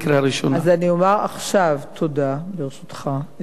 אז אני אומר עכשיו תודה, ברשותך, את תודותי